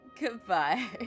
Goodbye